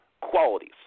qualities